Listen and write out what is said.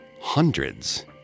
hundreds